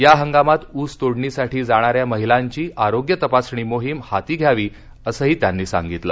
या हंगामात ऊसतोडणीसाठी जाणाऱ्या महिलांची आरोग्य तपासणी मोहीम हाती घ्यावी असंही त्यांनी सांगितलं